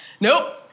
Nope